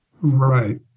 Right